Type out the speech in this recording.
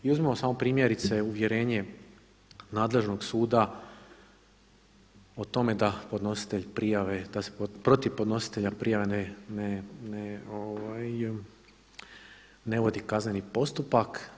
I uzmimo samo primjerice uvjerenje nadležnog suda o tome da podnositelj prijave, da se protiv podnositelja prijave ne vodi kazneni postupak.